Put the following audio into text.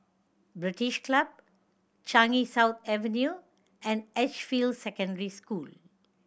British Club Changi South Avenue and Edgefield Secondary School